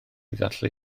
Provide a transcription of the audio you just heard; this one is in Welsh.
ddathlu